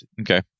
okay